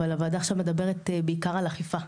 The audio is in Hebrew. אבל הוועדה עכשיו מדברת בעיקר על אכיפה,